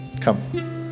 Come